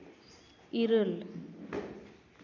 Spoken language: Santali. ᱤᱨᱟᱹᱞ